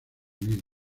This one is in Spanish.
vídeo